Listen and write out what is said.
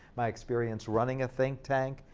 my experience running a think tank,